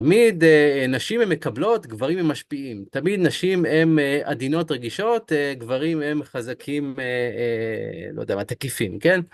תמיד נשים הם מקבלות, גברים הם משפיעים, תמיד נשים הם עדינות רגישות, גברים הם חזקים, לא יודע מה, תקיפים, כן?